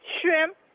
Shrimp